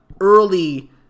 early